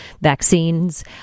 vaccines